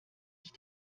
ich